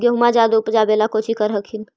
गेहुमा जायदे उपजाबे ला कौची कर हखिन?